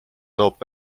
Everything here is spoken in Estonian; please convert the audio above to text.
toob